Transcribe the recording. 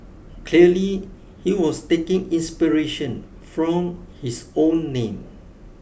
clearly he was taking inspiration from his own name